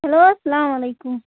hello اسلام علیکُم